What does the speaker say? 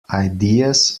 ideas